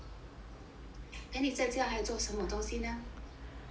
then 你在家还有做什么东西呢